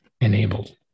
enabled